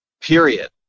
period